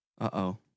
Uh-oh